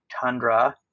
Tundra